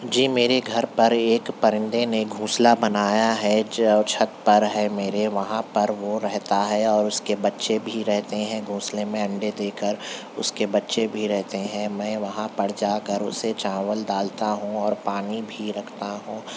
جی میرے گھر پر ایک پرندے نے گھونسلہ بنایا ہے جو چھت پر ہے میرے وہاں پر وہ رہتا ہے اور اس کے بچے بھی رہتے ہیں گھونسلے میں انڈے دے کر اس کے بچے بھی رہتے ہیں میں وہاں پر جا کر اسے چاول ڈالتا ہوں اور پانی بھی رکھتا ہوں